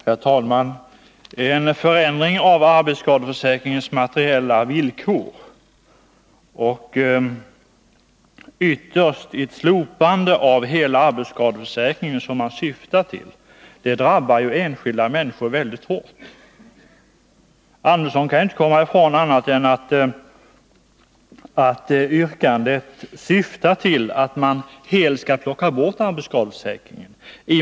Herr talman! En förändring av arbetsskadeförsäkringens materiella villkor och ytterst ett slopande av hela arbetsskadeförsäkringen, som man nu syftar till, drabbar enskilda människor mycket hårt. Arne Andersson i Gustafs kan inte komma ifrån att vad man yrkar på är att arbetsskadeförsäkringen helt skall avskaffas.